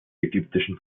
ägyptischen